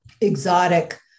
exotic